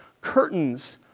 curtains